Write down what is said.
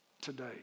today